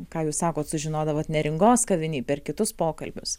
ką jūs sakot sužinodavot neringos kavinėj per kitus pokalbius